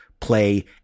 play